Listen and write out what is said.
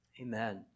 Amen